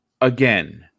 again